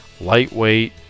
lightweight